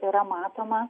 yra matoma